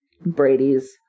Brady's